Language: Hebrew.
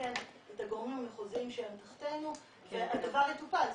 לעדכן את הגורמים המחוזיים שהם תחתינו והדבר יטופל.